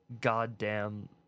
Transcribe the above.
goddamn